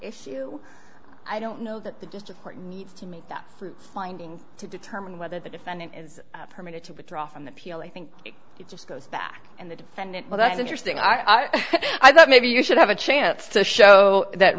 issue i don't know that the district court needs to make that fruit finding to determine whether the defendant is permitted to withdraw from the peel i think it just goes back and the defendant well that's interesting i thought maybe you should have a chance to show so that